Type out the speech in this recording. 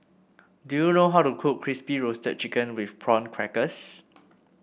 do you know how to cook Crispy Roasted Chicken with Prawn Crackers